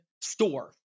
store